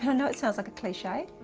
and know it sounds like a clique,